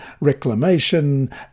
reclamation